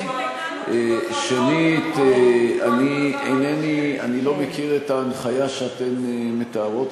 שנית, אני לא מכיר את ההנחיה שאתן מתארות.